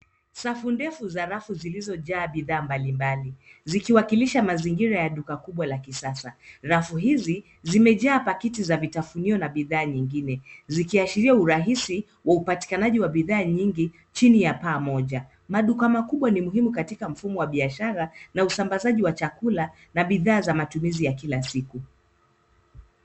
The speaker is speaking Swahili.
Safu ndefu za rafu zilizojaa bidhaa mbalimbali, zikiwakilisha mazingira ya duka kubwa la kisasa. Rafu hizi zimejaa pakiti za vitafunio na bidhaa nyingine, zikiashiria urahisi wa upatikanaji wa bidhaa nyingi chini ya paa moja. Maduka makubwa ni muhimu katika mfumo wa biashara na usambazaji wa chakula na bidhaa za matumizi ya kila siku.